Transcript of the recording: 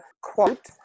quote